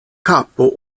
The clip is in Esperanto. kapo